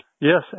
Yes